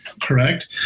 correct